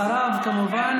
אחריו כמובן,